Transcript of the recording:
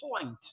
point